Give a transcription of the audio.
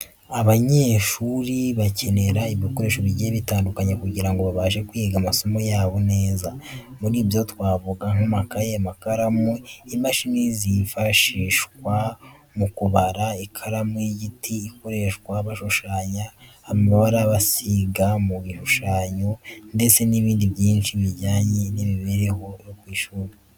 Abanyeshuri bakenera ibikoresho bigiye bitandukanye kugira ngo babashe kwiga amasomo yabo neza. Muri byo twavuga nk'amakayi, amakaramu, imashini zifashishwa mu kubara, ikaramu y'igiti bakoresha bashushanya, amabara basiga mu bishushanyo, ndetse n'ibindi byinshi bijyana n'imibereho yo ku ishuri.